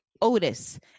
Otis